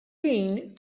ħin